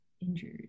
Injured